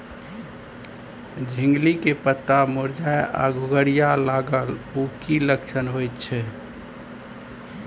झिंगली के पत्ता मुरझाय आ घुघरीया लागल उ कि लक्षण होय छै?